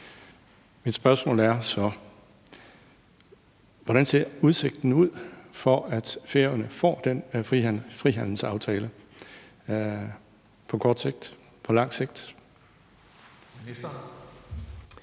Mit spørgsmål er så: Hvad er udsigten til, at Færøerne får den frihandelsaftale – på kort sigt, på lang sigt?